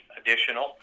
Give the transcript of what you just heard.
additional